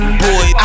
boy